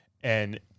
and-